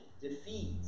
defeats